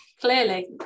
Clearly